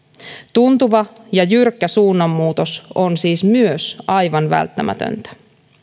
tuntuva ja jyrkkä suunnanmuutos on siis myös aivan välttämätön